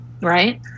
right